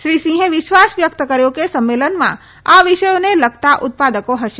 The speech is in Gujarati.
શ્રી સિંહે વિશ્વાસ વ્યક્ત કર્યો કે સંમેલનમાં આ વિષયોને લગતા ઉત્પાદકો હશે